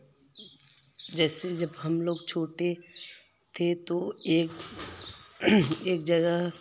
जैसे जब हम लोग छोटे थे तो एक जगह